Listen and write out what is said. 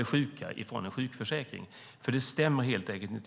livshotande sjuka, för det stämmer helt enkelt inte.